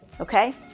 Okay